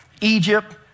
Egypt